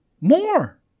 More